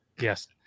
yes